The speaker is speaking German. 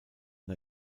der